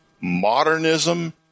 modernism